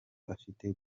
afite